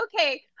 okay